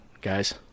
guys